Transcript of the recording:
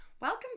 welcome